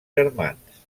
germans